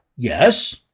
Yes